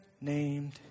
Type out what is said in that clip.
named